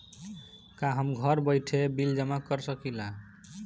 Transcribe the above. का हम घर बइठे बिल जमा कर शकिला?